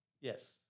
Yes